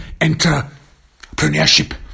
entrepreneurship